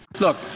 Look